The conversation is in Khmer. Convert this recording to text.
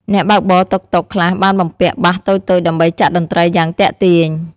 អ្នកបើកបរតុកតុកខ្លះបានបំពាក់បាសតូចៗដើម្បីចាក់តន្ត្រីយ៉ាងទាក់ទាញ។